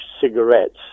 cigarettes